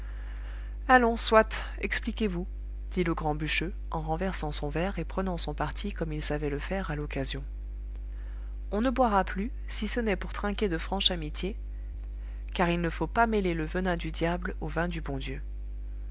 allons soit expliquez-vous dit le grand bûcheux en renversant son verre et prenant son parti comme il savait le faire à l'occasion on ne boira plus si ce n'est pour trinquer de franche amitié car il ne faut pas mêler le venin du diable au vin du bon dieu